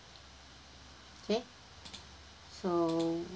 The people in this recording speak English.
okay so